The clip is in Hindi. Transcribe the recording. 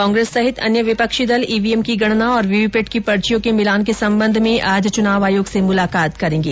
कांग्रेस सहित अन्य विपक्षी दल ईवीएम की गणना और वीवीपैट की पर्चियों के मिलान के संबंध में आज चुनाव आयोग से मुलाकात करेंगे